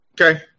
Okay